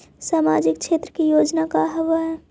सामाजिक क्षेत्र के योजना का होव हइ?